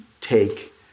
take